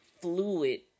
fluid